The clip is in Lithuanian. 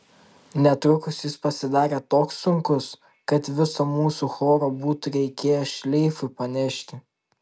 netrukus jis pasidarė toks sunkus kad viso mūzų choro būtų reikėję šleifui panešti